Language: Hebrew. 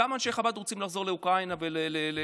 כמה אנשי חב"ד רוצים לחזור לאוקראינה ולהמשיך